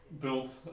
built